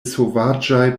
sovaĝaj